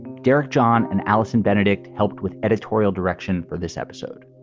derek john and allison benedict helped with editorial direction for this episode.